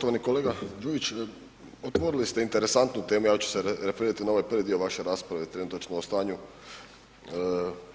Poštovani kolega Đujić otvorili ste interesantnu temu, ja ću se referirati na ovaj prvi dio vaše rasprave trenutačno o stanju